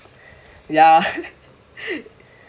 ya